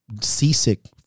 seasick